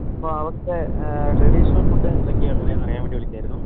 ഇപ്പോൾ അവിടുത്തെ traditional food എന്തൊക്കെയാണ് ഉള്ളത് എന്ന് അറിയാൻ വേണ്ടി വിളിച്ചതായിരുന്നു